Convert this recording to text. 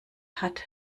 hat